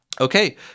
okay